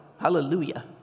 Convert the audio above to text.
Hallelujah